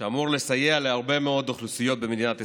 שאמור לסייע להרבה מאוד אוכלוסיות במדינת ישראל.